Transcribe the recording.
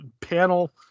panel